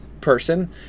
person